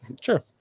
sure